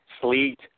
sleet